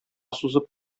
сузып